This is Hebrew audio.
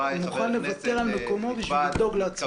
הוא מוכן לוותר על מקומו בשביל לדאוג לעצמאים.